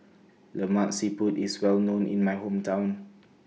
Lemak Siput IS Well known in My Hometown